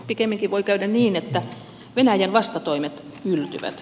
pikemminkin voi käydä niin että venäjän vastatoimet yltyvät